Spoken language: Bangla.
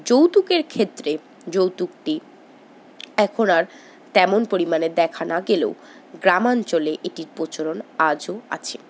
যৌতুকের ক্ষেত্রে যৌতুকটি এখন আর তেমন পরিমাণে দেখা না গেলেও গ্রামাঞ্চলে এটির প্রচলন আজও আছে